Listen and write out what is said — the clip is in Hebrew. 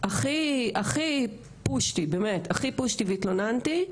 הכי הכי פושטי, באמת, והתלוננתי,